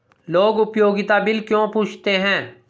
लोग उपयोगिता बिल क्यों पूछते हैं?